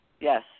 yes